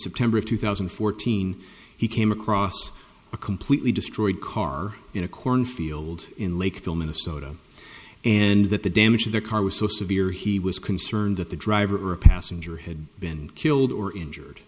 september of two thousand and fourteen he came across a completely destroyed car in a cornfield in lakeville minnesota and that the damage to the car was so severe he was concerned that the driver or a passenger had been killed or injured